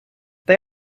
they